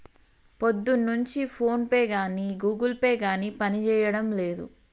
పొద్దున్నుంచి ఫోన్పే గానీ Google Pay గానీ పనిజేయడం లేదు